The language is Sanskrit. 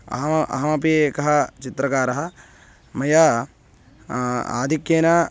अहम् अहमपि एकः चित्रकारः मया आधिक्येन